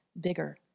bigger